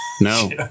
No